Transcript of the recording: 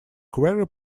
query